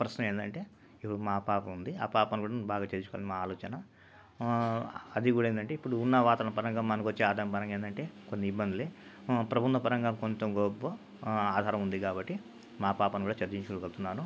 ప్రశ్న ఏందంటే ఇపుడు మా పాప ఉంది మా పాపను కూడా బాగా చదివిచ్చుకొని మా ఆలోచన అది కూడా ఏందంటే ఇప్పుడు ఉన్న వాతావరణ పరంగా మనకొచ్చే ఆదాయం పరంగా ఏందంటే కొన్ని ఇబ్బందులే ప్రబుంధపరంగా కొంత కొంచం డబ్బు ఆధారం ఉంది కాబట్టి మా పాపాను కూడా చదివిచ్చుకోగలుగుతున్నాను